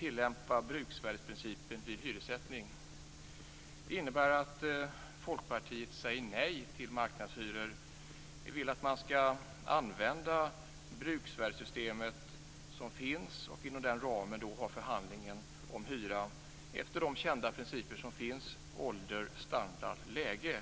det andra skall bruksvärdesprincipen tillämpas vid hyressättning. Det innebär att Folkpartiet säger nej till marknadshyror. Vi vill att man skall använda det bruksvärdessystem som finns och ha förhandlingen om hyran inom den ram som finns, dvs. efter de kända principer som finns om ålder, standard och läge.